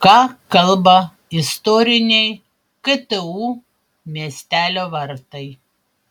ką kalba istoriniai ktu miestelio vartai